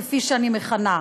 כפי שאני מכנה זאת,